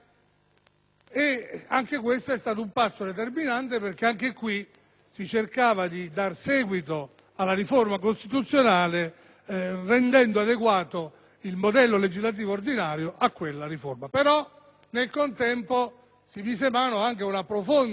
Anche questo è stato un passo determinante perché si cercava di dare seguito alla riforma costituzionale rendendo adeguato il modello legislativo ordinario a quella riforma. Nel contempo, si mise mano anche ad una profonda riforma